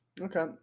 okay